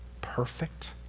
perfect